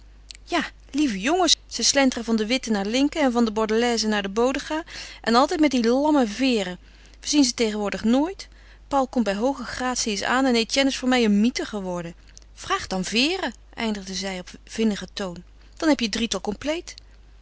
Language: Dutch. ja lieve jongens ze slenteren van de witte naar linke en van de bordelaise naar de bodega en altijd met dien lammen vere we zien ze tegenwoordig nooit paul komt bij hooge gratie eens aan en etienne is voor mij een mythe geworden vraag dan vere eindigde zij op vinnigen toon dan heb je het drietal compleet